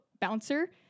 bouncer